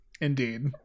Indeed